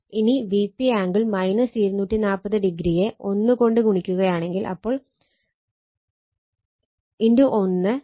ഇനി Vp angle 240o യെ 1 കൊണ്ട് ഗുണിക്കുകയാണെങ്കിൽ അപ്പോൾ × 1 ആംഗിൾ 360o